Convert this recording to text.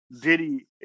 Diddy